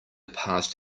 passed